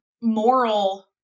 moral